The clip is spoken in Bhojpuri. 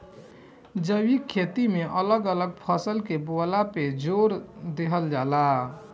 जैविक खेती में अलग अलग फसल बोअला पे जोर देहल जाला